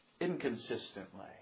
inconsistently